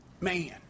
Man